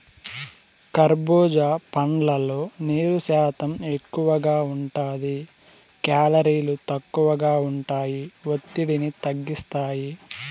కర్భూజా పండ్లల్లో నీరు శాతం ఎక్కువగా ఉంటాది, కేలరీలు తక్కువగా ఉంటాయి, ఒత్తిడిని తగ్గిస్తాయి